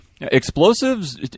Explosives